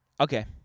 Okay